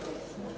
Hvala.